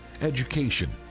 education